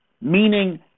Meaning